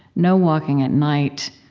no walking at night,